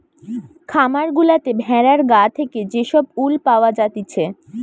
খামার গুলাতে ভেড়ার গা থেকে যে সব উল পাওয়া জাতিছে